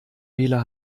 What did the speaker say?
wähler